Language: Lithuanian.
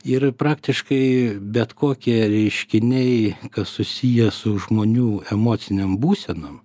ir praktiškai bet kokie reiškiniai kas susiję su žmonių emocinėm būsenom